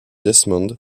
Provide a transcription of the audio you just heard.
desmond